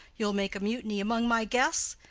you'll make a mutiny among my guests!